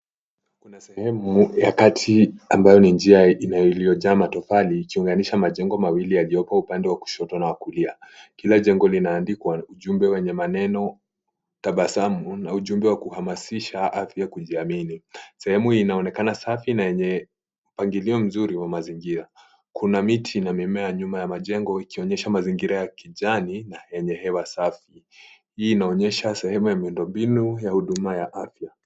Kuna sehemu ya kati ambayo ni njia iliyojaa matofali ikiunganisha majengo mawili yalioko upande wa kushoto na wa kulia. Kila jengo limeandikwa ujumbe wenye maneno tabasamu na ujumbe wa kuhamasisha afya kujiamini. Sehemu inaonekana safi na yenye mpangilio mzuri wa mazingira. Kuna miti na mimea nyuma ya majengo ikionyesha mazingira ya kijani na yenye hewa safi. Hii inaonyesha sehemu ya miundo mbinu ya huduma ya afya.